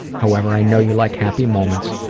however, i know you like happy moments,